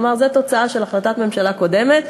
כלומר, זו תוצאה של החלטת ממשלה קודמת,